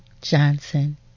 Johnson